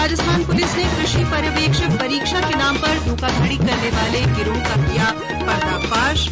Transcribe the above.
Rajasthan police ने कृषि पर्यवेक्षक परीक्षा के नाम पर धोखाधड़ी करने वाले गिरोह का पर्दाफाश किया